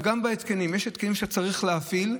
גם בהתקנים, יש התקנים שצריך להפעיל,